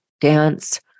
dance